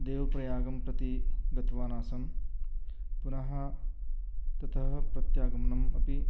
देवप्रयागं प्रति गतवानासं पुनः ततः प्रत्यागमनम् अपि